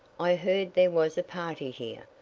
i heard there was a party here,